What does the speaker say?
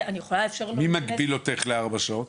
מי מגביל אותך לארבע שעות?